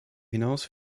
hinaus